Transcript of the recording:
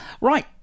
Right